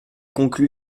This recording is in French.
conclu